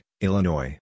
Illinois